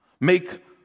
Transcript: make